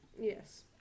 Yes